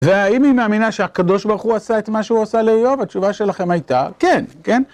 והאם היא מאמינה שהקדוש ברוך הוא עשה את מה שהוא עשה לאיוב? התשובה שלכם הייתה כן, כן?